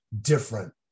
different